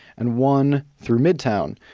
and one through midtown,